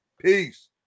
peace